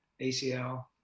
ACL